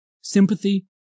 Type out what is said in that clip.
sympathy